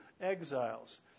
exiles